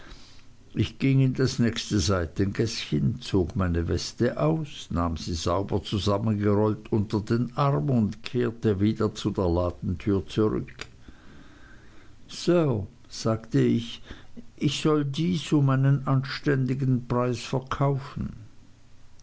ich ging in das nächste seitengäßchen zog meine weste aus nahm sie sauber zusammengerollt unter den arm und kehrte wieder zu der ladentür zurück sir sagte ich ich soll dies um einen anständigen preis verkaufen